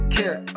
care